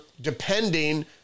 depending